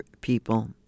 people